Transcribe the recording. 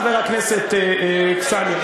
חברת הכנסת קסניה,